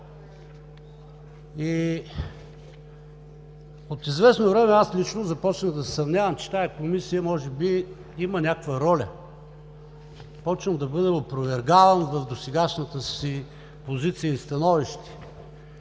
От известно време аз лично започнах да се съмнявам, че тази Комисия може би има някаква роля. Започвам да бъда опровергаван в досегашната си позиция и становище,